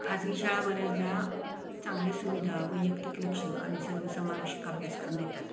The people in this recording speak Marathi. खाजगी शाळा बऱ्याचदा चांगल्या सुविधा वैयक्तिक लक्ष आणि सर्व समावेशक अभ्यासक्रम देतात